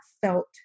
felt